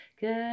good